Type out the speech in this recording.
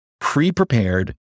pre-prepared